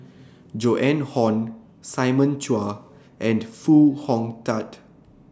Joan Hon Simon Chua and Foo Hong Tatt